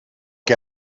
que